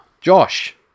Josh